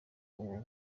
ubu